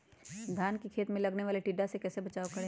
धान के खेत मे लगने वाले टिड्डा से कैसे बचाओ करें?